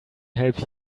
help